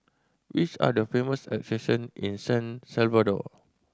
which are the famous attraction in San Salvador